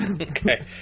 Okay